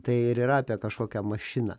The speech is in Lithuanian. tai ir yra apie kažkokią mašiną